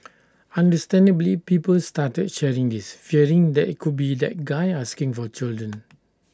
understandably people started sharing this fearing that IT could be that guy asking for children